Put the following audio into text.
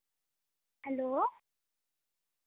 hello